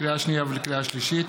לקריאה שנייה ולקריאה שלישית: